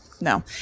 No